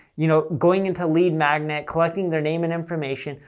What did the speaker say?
you know going into lead magnet, collecting their name and information,